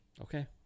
Okay